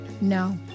No